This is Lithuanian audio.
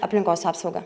aplinkos apsaugą